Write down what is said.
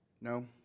No